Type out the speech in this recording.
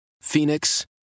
Phoenix